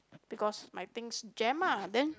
because my things jam ah then